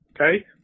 Okay